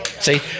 See